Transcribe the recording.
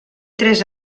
tres